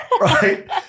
right